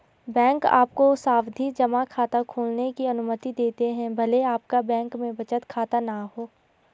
bank आपको सावधि जमा खाता खोलने की अनुमति देते हैं भले आपका बैंक में बचत खाता न हो